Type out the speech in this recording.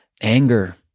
anger